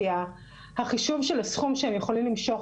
כי החישוב של הסכום שהם יכולים למשוך